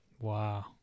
Wow